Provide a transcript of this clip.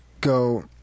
go